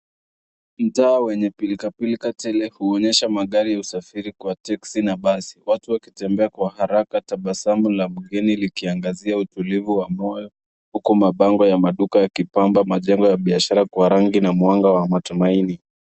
Mtaa wenye pilkapilka tele huonyesha magari ya usafiri kwa teksi na basi watu wakitembea kwa haraka tabasamu la mgeni likiangazia utulivu wa moyo huko mabango ya duka yakibamba majengo ya biashara kwa rangi na mwanga wa matumaini.